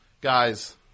Guys